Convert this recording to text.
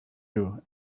you